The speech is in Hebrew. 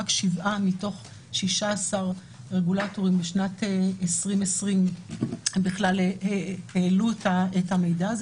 רק שבעה מתוך 16 רגולטורים בשנת 2020 בכלל העלו את המידע הזה.